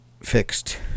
fixed